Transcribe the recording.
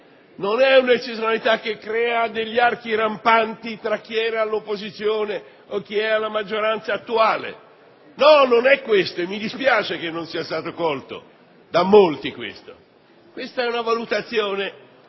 non è un'eccezionalità politica, non crea degli archi rampanti tra chi è all'opposizione o chi alla maggioranza attuale. No, non è questo e mi spiace che non sia stato colto da molti. Questa è una valutazione che